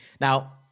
now